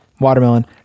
Watermelon